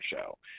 show